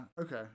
okay